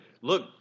look